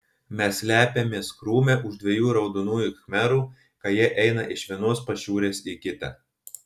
mes slepiamės krūme už dviejų raudonųjų khmerų kai jie eina iš vienos pašiūrės į kitą